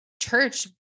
church